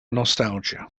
nostalgia